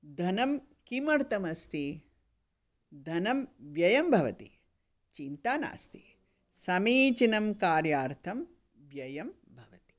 धनं किमर्थमस्ति धनं व्ययं भवति चिन्ता नास्ति समीचीनं कार्यार्थं व्ययं भवति